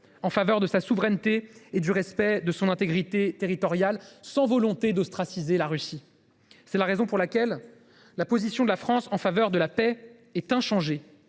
en faveur de la souveraineté et du respect de l’intégrité territoriale de l’Ukraine, sans volonté d’ostraciser la Russie. C’est la raison pour laquelle la position de la France en faveur de la paix est inchangée.